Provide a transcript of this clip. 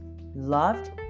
loved